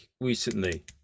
recently